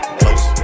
close